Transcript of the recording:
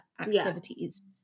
activities